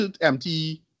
empty